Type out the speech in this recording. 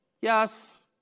yes